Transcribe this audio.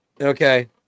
Okay